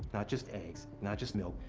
not just eggs, not just milk.